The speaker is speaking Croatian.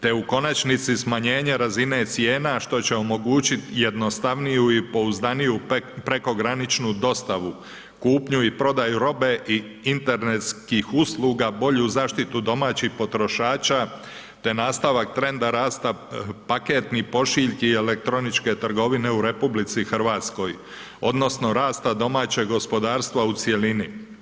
Te u konačnici smanjenje razine cijena što će omogućiti jednostavniju i pouzdaniju prekograničnu dostavu, kupnju i prodaju robe i internetskih usluga, bolju zaštitu domaćih potrošača te nastavak trenda rasta paketnih pošiljki elektroničke trgovine u RH odnosno rasta domaćeg gospodarstva u cjelini.